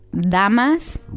Damas